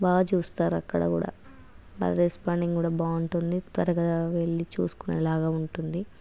బాగా చూస్తారు అక్కడ కూడా వాళ్ళ రెస్పాండింగ్ కూడా బాగుంటుంది త్వరగా వెళ్ళి చూసుకునేలాగా ఉంటుంది